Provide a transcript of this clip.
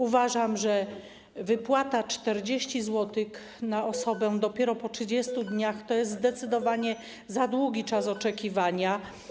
Uważam, że wypłata 40 zł na osobę dopiero po 30 dniach to jest zdecydowanie za długi czas oczekiwania.